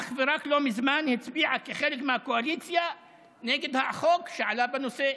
אך לא מזמן היא הצביעה כחלק מהקואליציה נגד החוק שעלה בנושא.